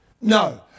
no